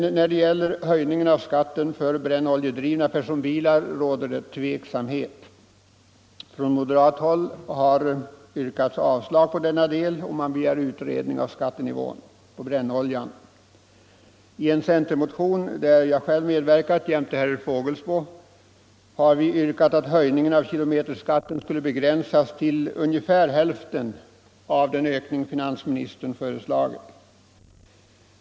Men när det gäller höjningen av skatten för brännoljedrivna personbilar föreligger det en viss tveksamhet. Från moderat håll har man i motioner yrkat avslag på förslaget i denna del och begär utredning om skattenivån på brännoljan. I en centermotion har herr Fågelsbo och jag själv yrkat att höjningen av kilometerskatten skulle begränsas till ungefär hälften av vad finans ministern föreslagit.